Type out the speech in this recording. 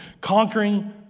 conquering